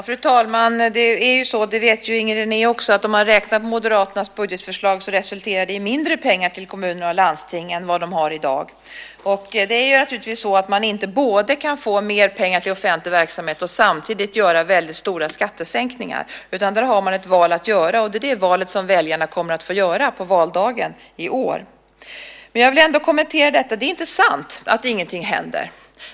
Fru talman! Det är ju så - det vet ju Inger René också - att om man räknar på Moderaternas budgetförslag så resulterar det i mindre pengar till kommuner och landsting än vad de har i dag. Det är naturligtvis så att man inte både kan få mer pengar till offentlig verksamhet och samtidigt göra väldigt stora skattesänkningar. Där har man ett val att göra, och det är det valet som väljarna kommer att få göra på valdagen i år. Men jag vill ändå kommentera detta. Det är inte sant att ingenting händer.